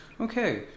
Okay